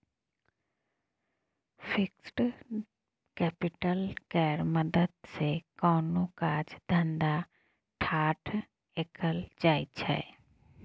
fixed capital केर मदद सँ कोनो काज धंधा ठाढ़ कएल जाइ छै